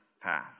path